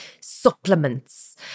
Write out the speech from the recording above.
supplements